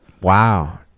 Wow